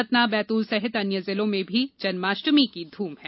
सतना बैतूल सहित अन्य जिलों में भी जम्नाष्टमी की ध्रम है